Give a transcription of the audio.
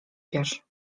piasz